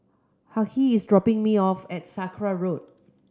Hughey is dropping me off at Sakra Road